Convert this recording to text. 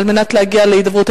על מנת להגיע להידברות?